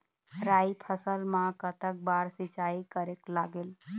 राई फसल मा कतक बार सिचाई करेक लागेल?